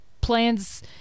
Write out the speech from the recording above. plans